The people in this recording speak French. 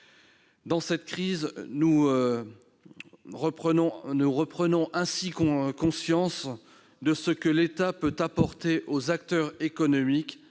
travers cette crise, nous reprenons conscience de tout ce que l'État peut apporter aux acteurs économiques